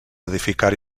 edificar